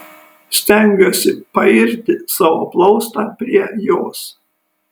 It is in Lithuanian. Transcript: stengiuosi pairti savo plaustą prie jos